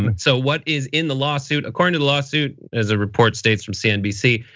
um so what is in the lawsuit, according to the lawsuit as a report states from cnbc,